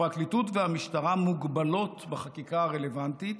הפרקליטות והמשטרה מוגבלות בחקיקה הרלוונטית,